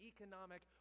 economic